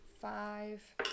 five